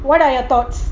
what are your thoughts